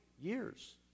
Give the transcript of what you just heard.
years